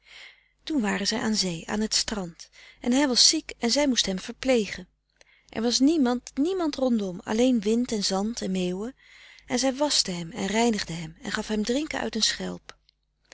toen waren zij aan zee aan het strand en hij was ziek en zij moest hem verplegen er was niemand niemand rondom alleen wind en zand en meeuwen en zij waschte hem en reinigde hem en gaf hem drinken uit een schelp